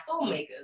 filmmakers